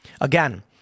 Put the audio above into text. Again